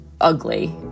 ugly